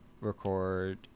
record